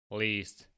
least